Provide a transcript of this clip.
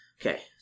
Okay